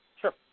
Sure